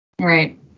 Right